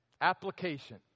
application